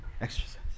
exercise